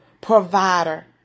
provider